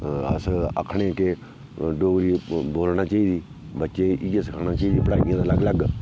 अस आखने कि डोगरी बोलना चाहिदी बच्चें इयै सखाना चाहिदा पढ़ाई अलग अलग